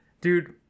dude